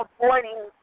avoiding